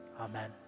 Amen